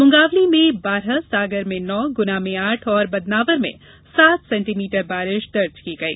मुंगावली में बारह सागर में नौ गुना में आठ तथा बदनावर में सात सेण्टीमीटर बारिश दर्ज की गई